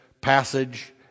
passage